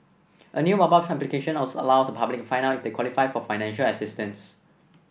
a new mobile application allows the public to find out if they qualify for financial assistance